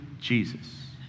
Jesus